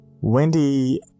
Wendy